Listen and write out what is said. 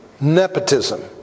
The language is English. nepotism